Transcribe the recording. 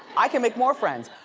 i can make more friends.